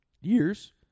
years